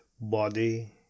body